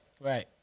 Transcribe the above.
Right